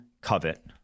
covet